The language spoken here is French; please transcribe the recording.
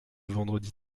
vendredi